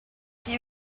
they